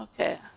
Okay